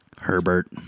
Herbert